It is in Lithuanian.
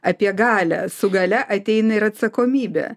apie galią su galia ateina ir atsakomybė